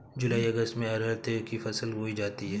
जूलाई अगस्त में अरहर तिल की फसल बोई जाती हैं